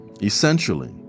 Essentially